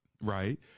Right